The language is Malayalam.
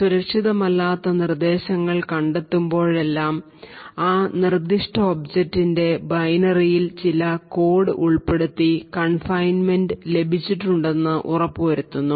സുരക്ഷിതമല്ലാത്ത നിർദ്ദേശങ്ങൾ കണ്ടെത്തുമ്പോഴെല്ലാം ആ നിർദ്ദിഷ്ട ഒബ്ജക്റ്റിന്റെ ബൈനറിയിൽ ചില കോഡ് ഉൾപ്പെടുത്തി കൺഫൈൻമെൻറ് ലഭിച്ചിട്ടുണ്ടെന്ന് ഉറപ്പുവരുത്തുന്നു